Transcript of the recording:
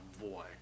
boy